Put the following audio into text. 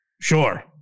Sure